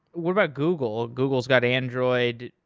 what about google? google's got android.